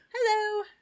Hello